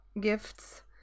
gifts